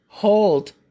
Hold